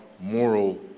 moral